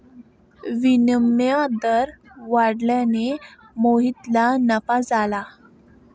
विनिमय दर वाढल्याने मोहितला नफा झाला